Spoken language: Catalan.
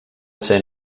ser